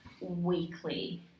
weekly